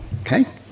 okay